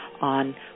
on